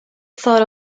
thought